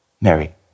Mary